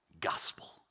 gospel